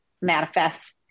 manifests